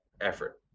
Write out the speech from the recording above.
effort